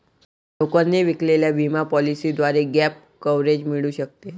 ब्रोकरने विकलेल्या विमा पॉलिसीद्वारे गॅप कव्हरेज मिळू शकते